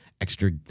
extra